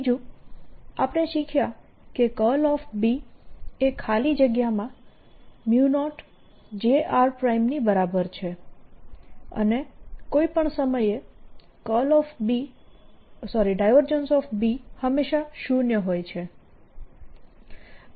બીજું આપણે શીખ્યા કે B એ ખાલી જગ્યામાં 0 Jr ની બરાબર છે અને કોઈ પણ સમયે B હંમેશા શૂન્ય હોય છે